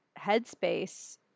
headspace